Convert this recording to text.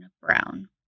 Brown